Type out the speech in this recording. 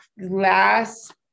last